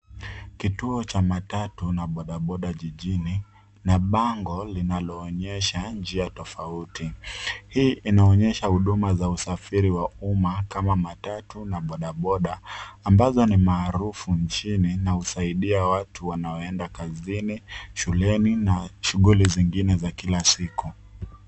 Kituo cha matatu na bodaboda jijini na bango linaloonyesha njia tofauti. Hii inaonyesha huduma za usafiri wa uma kama matatu na bodaboda, ambazo ni maarufu nchini inayosaidia watu wanaoenda kazini, shuleni, na shuguli zingine za kila siku.